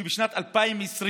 שבשנת 2020,